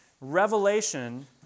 revelation